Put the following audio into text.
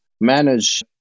manage